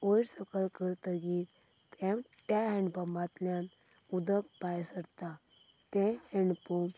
वयर सकल करतगीर हँ त्या हँडपमांतल्यान उदक भायर सरता तें हँडपंप